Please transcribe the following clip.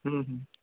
हूँ हूँ